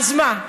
אז מה,